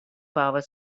power